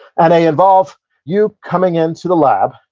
and they involve you coming into the lab,